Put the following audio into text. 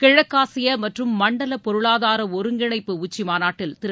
கிழக்காசிய மற்றும் மண்டல பொருளாதார ஒருங்கிணைப்பு உச்சி மாநாட்டில் திரு